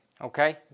Okay